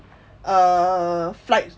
uh flight